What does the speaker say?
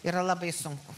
yra labai sunku